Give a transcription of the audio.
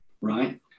right